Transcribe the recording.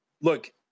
look